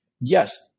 Yes